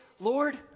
Lord